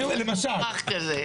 אח כזה.